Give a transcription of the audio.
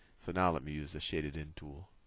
so now let me use the shaded in tool.